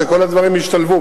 שכל הדברים ישתלבו.